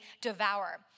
devour